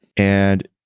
and,